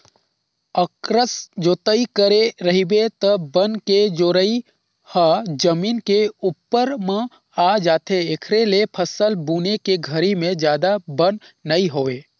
अकरस जोतई करे रहिबे त बन के जरई ह जमीन के उप्पर म आ जाथे, एखरे ले फसल बुने के घरी में जादा बन नइ होय